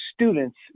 students